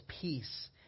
peace